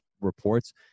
reports